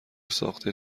ساخته